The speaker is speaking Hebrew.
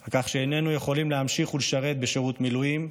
על כך שאיננו יכולים להמשיך ולשרת בשירות מילואים.